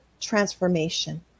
transformation